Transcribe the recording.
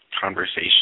conversation